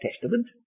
Testament